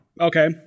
Okay